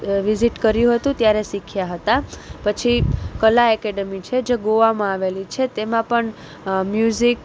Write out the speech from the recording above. visit કર્યું હતું ત્યારે સીખ્યા હતા પછી કલા એકેડમી છે જે ગોવામાં આવેલી છે તેમાં પણ મ્યુઝિક